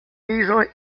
pisos